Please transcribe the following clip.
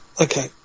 okay